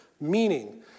meaning